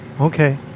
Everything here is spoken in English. Okay